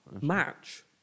Match